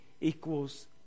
equals